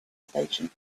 station